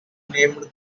named